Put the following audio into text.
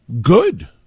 good